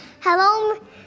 Hello